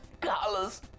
colors